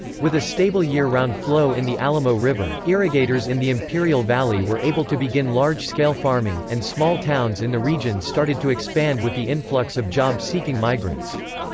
with a stable year-round flow in the alamo river, irrigators in the imperial valley were able to begin large-scale farming, and small towns in the region started to expand with the influx of job-seeking migrants.